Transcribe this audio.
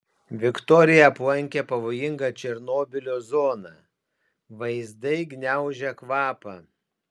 viktorija aplankė pavojingą černobylio zoną vaizdai gniaužia kvapą